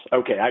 Okay